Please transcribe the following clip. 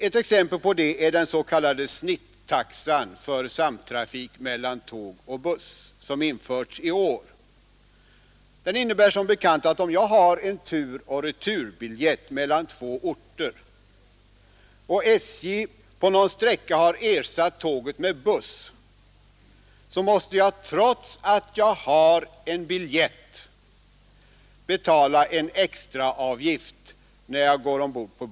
Ett exempel på det är den s.k. snittaxan för samtrafik mellan tåg och buss som införts i år. Den innebär som bekant att om jag har en tur och retur-biljett mellan två orter och SJ på någon sträcka har ersatt tåget med buss, måste jag trots att jag har biljett betala en extraavgift för bussresan.